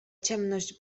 ciemność